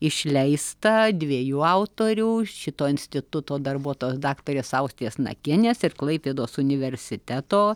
išleista dviejų autorių šito instituto darbuotojos daktarės austės nakienės ir klaipėdos universiteto